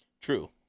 True